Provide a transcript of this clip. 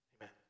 Amen